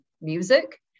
music